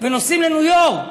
ונוסעים לניו-יורק,